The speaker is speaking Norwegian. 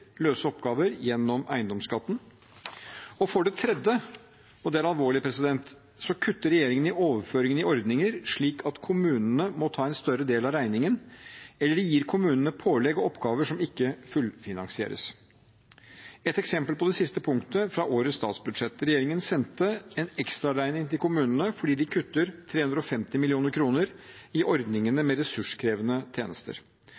løse oppgaver gjennom eiendomsskatten, og for det tredje, og det er alvorlig, kutter regjeringen i overføringene i ordninger, slik at kommunene må ta en større del av regningen, eller gir kommunene pålegg og oppgaver som ikke fullfinansieres. Et eksempel på det siste punktet fra årets statsbudsjett: Regjeringen sendte en ekstraregning til kommunene fordi de kutter 350 mill. kr i ordningene med ressurskrevende tjenester.